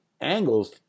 angles